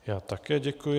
Já také děkuji.